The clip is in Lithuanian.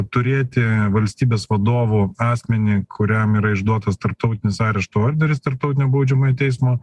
turėti valstybės vadovų asmenį kuriam yra išduotas tarptautinis arešto orderis tarptautinio baudžiamojo teismo